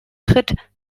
tritt